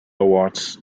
awards